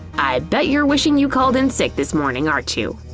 i bet you're wishing you called in sick this morning, aren't you?